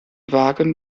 wagen